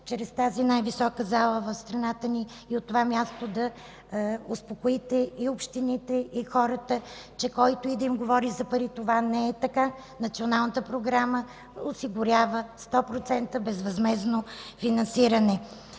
чрез тази най-висока зала в страната ни и от това място да успокоите общините и хората, че който и да им говори за пари, това не е така. Националната програма осигурява 100% безвъзмездно финансиране.